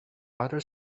other